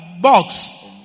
box